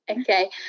okay